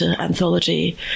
anthology